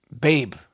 babe